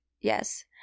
Yes